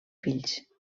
fills